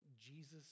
Jesus